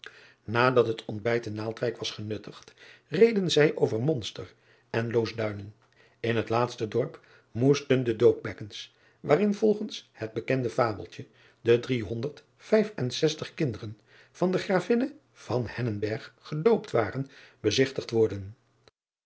adat het ontbijt te aaldwijk was genuttigd reden zij over onster en oosduinen n het laatste dorp moesten de doopbekkens waarin volgens het bekend fabeltje de driehonderd vijf-en-zestig kinderen van de ravinne gedoopt waren bezigtigd worden